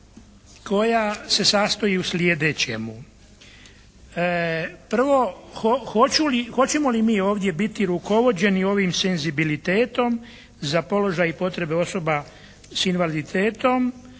koja se sastoji u sljedećemu. Prvo, hoćemo li mi ovdje biti rukovođeni ovim senzibilitetom za položaj i potrebe osoba sa invaliditetom.